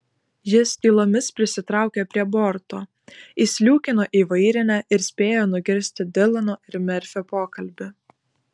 jis tylomis prisitraukė prie borto įsliūkino į vairinę ir spėjo nugirsti dilano ir merfio pokalbį